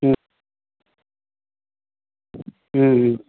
ம் ம் ம்